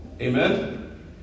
Amen